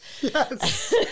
Yes